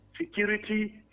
Security